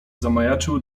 zamajaczył